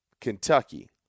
Kentucky